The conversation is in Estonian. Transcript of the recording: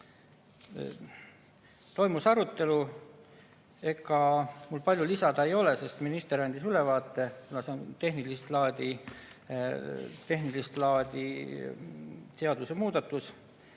Toimus arutelu. Ega mul palju lisada ei ole, sest minister juba andis ülevaate. See on tehnilist laadi seadusemuudatus.